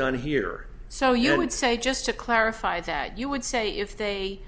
done here so you would say just to clarify that you would say if they